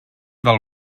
del